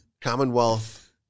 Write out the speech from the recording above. Commonwealth